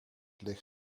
ligt